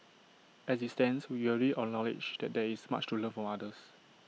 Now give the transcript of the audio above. as IT stands we already acknowledge that there is much to learn from others